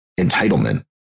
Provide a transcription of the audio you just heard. entitlement